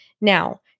Now